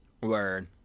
Word